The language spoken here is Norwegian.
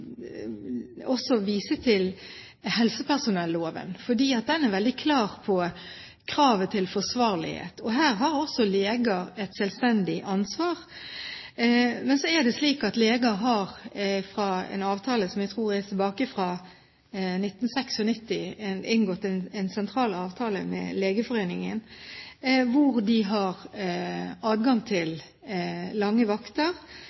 også lyst til å vise til helsepersonelloven, for den er veldig klar på kravet til forsvarlighet. Her har også leger et selvstendig ansvar. Men leger har inngått en sentral avtale med Legeforeningen, som jeg tror er fra 1996, som gir adgang til lange vakter utover det som er i arbeidsmiljøloven. Men de har,